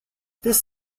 this